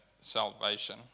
salvation